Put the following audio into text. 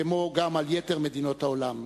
כמו גם על יתר מדינות העולם,